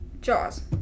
Jaws